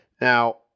Now